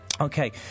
Okay